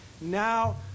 Now